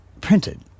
printed